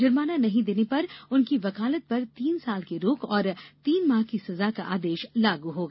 जुर्माना नहीं देने पर उनकी वकालत पर तीन साल की रोक और तीन माह की सजा का आदेश लागू होगा